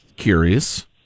curious